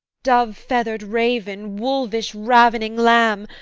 dove-feather'd raven! wolvish-ravening lamb!